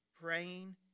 praying